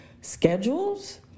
schedules